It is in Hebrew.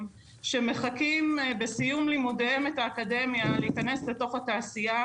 שמחכים בסיום לימודיהם את האקדמיה להיכנס לתוך התעשייה,